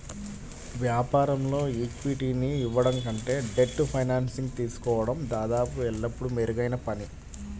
వ్యాపారంలో ఈక్విటీని ఇవ్వడం కంటే డెట్ ఫైనాన్సింగ్ తీసుకోవడం దాదాపు ఎల్లప్పుడూ మెరుగైన పని